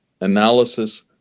analysis